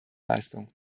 leistung